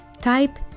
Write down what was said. type